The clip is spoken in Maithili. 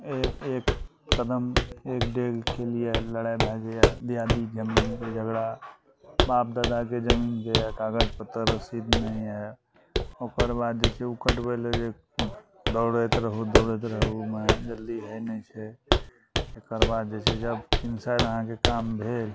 ओ ओ एक कदम एक डेगके लिये लड़ाइ भए जाइए दियादी जमीनके झगड़ा बाप दादाके जमीन कागज पत्तर रसीद नहि यऽ ओकर बाद जे छै उ कटबय लै जे दौड़ैत रहू दौड़ैत रहू ओइमे जल्दी होइ नहि छै एकर बाद जे छै जब किन साइज अहाँके काम भेल